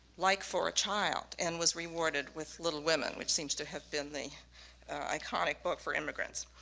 like for a child, and was rewarded with little women, which seems to have been the iconic book for immigrants.